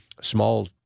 small